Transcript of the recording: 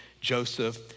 Joseph